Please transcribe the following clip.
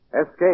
Escape